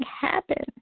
happen